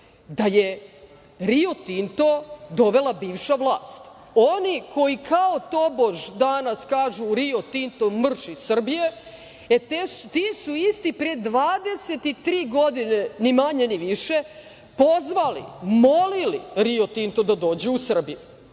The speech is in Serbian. da je Rio Tinto dovela bivša vlast, oni koji kao tobož danas kažu - Rio Tinto, mrš iz Srbije. E, ti su isti pre 23 godina, ni manje ni više, pozvali, molili Rio Tinto da dođe u Srbiju.